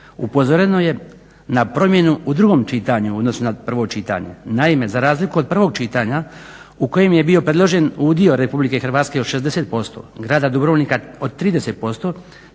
Upozoreno je na promjenu u drugom čitanju u odnosu na prvo čitanje. Naime, za razliku od prvog čitanja u kojem je bio predložen udio RH od 60%, grada Dubrovnika od 30%